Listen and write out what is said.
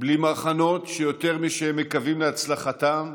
בלי מחנות שיותר משהם מקווים להצלחתם,